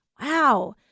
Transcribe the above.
Wow